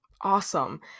Awesome